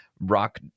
rock